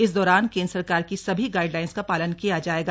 इस दौरान केन्द्र सरकार की सभी गाइडलाइन्स का पालन किया जायेगा